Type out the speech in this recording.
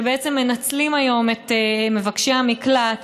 שבעצם מנצלים היום את מבקשי המקלט,